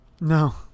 No